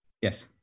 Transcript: Yes